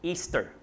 Easter